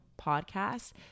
podcast